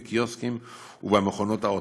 בקיוסקים ובמכונות האוטומטיות.